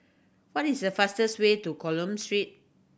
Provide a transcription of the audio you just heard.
what is the fastest way to Coleman Street